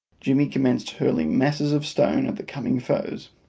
jimmy commenced hurling masses of stone at the coming foes.